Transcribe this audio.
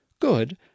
Good